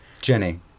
Jenny